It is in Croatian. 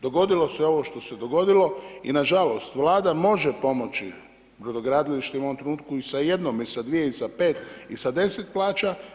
Dogodilo se ovo što se dogodilo i na žalost Vlada može pomoći brodogradilištima u ovom trenutku i sa jednom i sa dvije i sa pet i sa deset plaća.